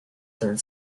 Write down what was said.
third